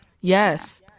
yes